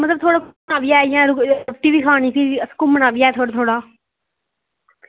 आं मड़ो रुट्टी बी खानी असें ऐहीं घुम्मना बी ऐ थोह्ड़ा